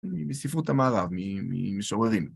מספרות המערב, ממשוררים.